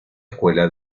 escuela